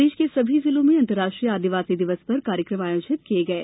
प्रदेश के सभी जिलों में अंतर्राष्ट्रीय आदिवासी दिवस पर कार्यक्रम आयोजित किये गये